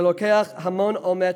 זה דורש המון אומץ,